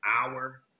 hour